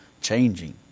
changing